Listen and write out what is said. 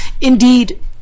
Indeed